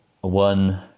one